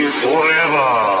forever